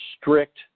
strict